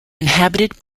inhabited